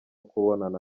kubonana